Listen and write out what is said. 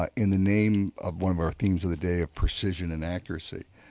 ah in the name of one of our themes of the day, of precision and accuracy,